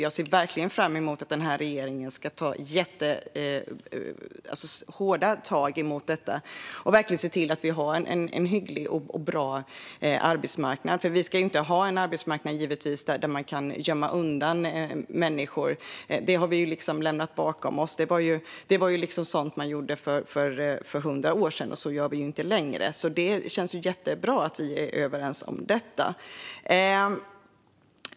Jag ser verkligen fram emot att den här regeringen ska ta jättehårda tag mot detta och se till att vi har en hygglig och bra arbetsmarknad. Vi ska givetvis inte ha en arbetsmarknad där man kan gömma undan människor. Det har vi liksom lämnat bakom oss. Det var ju sådant man gjorde för hundra år sedan, och så gör vi inte längre. Det känns jättebra att vi är överens om detta.